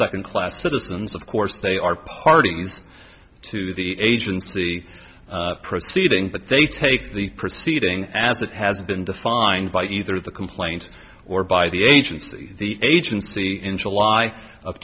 second class citizens of course they are parties to the agency proceeding but they take the proceeding as it has been defined by either the complaint or by the agency the agency in july of